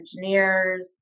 engineers